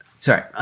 Sorry